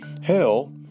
hell